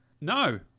No